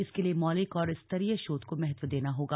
इसके लिए मौलिक और स्तरीय शोध को महत्व देना होगा